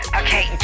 okay